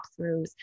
walkthroughs